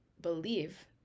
believe